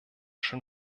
schon